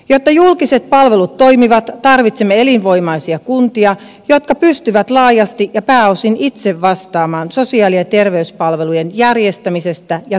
jotta julkiset palvelut toimivat tarvitsemme elinvoimaisia kuntia jotka pystyvät laajasti ja pääosin itse vastaamaan sosiaali ja terveyspalvelujen järjestämisestä ja tuottamisesta